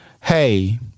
hey